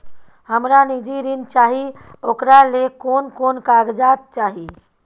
हमरा निजी ऋण चाही ओकरा ले कोन कोन कागजात चाही?